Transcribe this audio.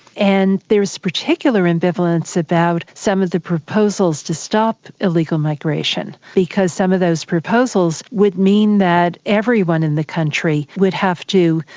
and there's particular ambivalence about some of the proposals to stop illegal migration because some of those proposals would mean that everyone in the country would have to,